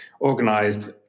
organised